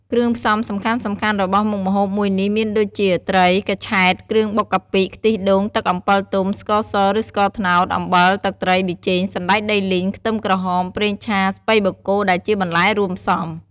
គ្រឿងផ្សំសំខាន់ៗរបស់មុខម្ហូបមួយនេះមានដូចជា ត្រី កញ្ឆែត គ្រឿងបុកកាពិ ខ្ទិះដូង ទឹកអំពិលទុំ ស្ករស ឬស្ករត្នោត អំបិល ទឹកត្រី ប៊ីចេង សណ្ដែកដីលីង ខ្ទឹមក្រហម ប្រេងឆា ស្ពៃបូកគោដែលជាបន្លែរួមផ្សំ។